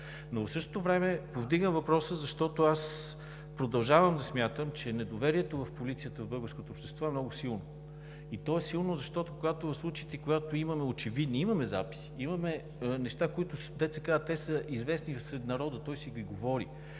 и в същото време повдигам въпроса, защото продължавам да смятам, че недоверието в полицията от българското общество е много силно. То е силно, защото имаме записи, имаме неща, които са известни сред народа и той си ги говори,